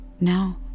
now